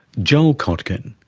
joel kotkin.